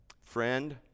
Friend